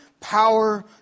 power